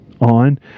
on